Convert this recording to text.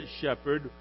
shepherd